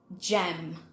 gem